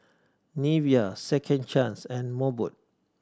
Nivea Second Chance and Mobot